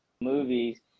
movies